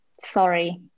sorry